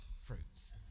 fruits